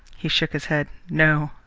he shook his head. no!